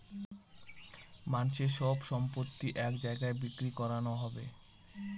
মানুষের সব সম্পত্তি এক জায়গায় বিক্রি করানো হবে